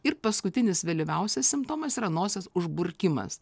ir paskutinis vėlyviausias simptomas yra nosies užburkimas